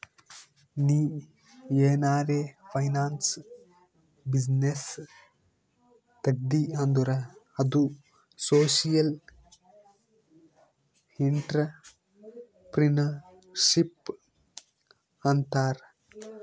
ನೀ ಏನಾರೆ finance business ತೆಗ್ದಿ ಅಂದುರ್ ಅದು ಸೋಶಿಯಲ್ ಇಂಟ್ರಪ್ರಿನರ್ಶಿಪ್ ಅಂತಾರ್